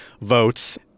votes